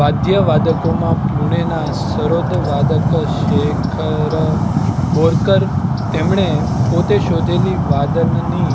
વાદ્યવાદકોમાં પૂણેના સરોદવાદક શેખર બોરકર તેમણે પોતે શોધેલી વાદનની